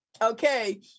okay